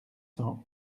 cents